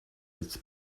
its